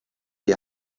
die